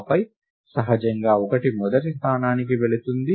ఆపై సహజంగా 1 మొదటి స్థానానికి వెళుతుంది